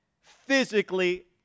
physically